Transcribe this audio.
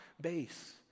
base